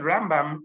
Rambam